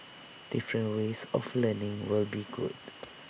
different ways of learning would be good